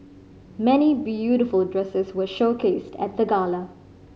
many beautiful dresses were showcased at the gala